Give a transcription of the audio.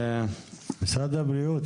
משרד הבריאות,